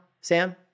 Sam